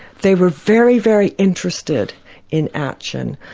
they were very, very interested in atchin,